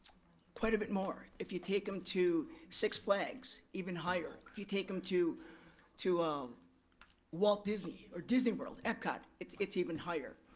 quite a bit more. if you take them to six flags, even higher. if you take them to to um walt disney, or disney world, epcot, it's it's even higher.